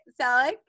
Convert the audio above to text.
Selleck